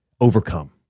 overcome